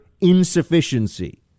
insufficiency